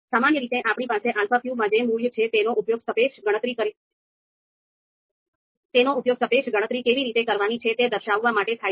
સામાન્ય રીતે આપણી પાસે alpha q માં જે મૂલ્યો છે તેનો ઉપયોગ સાપેક્ષ ગણતરી કેવી રીતે કરવાની છે તે દર્શાવવા માટે થાય છે